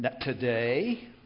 today